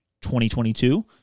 2022